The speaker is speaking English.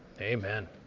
Amen